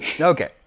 Okay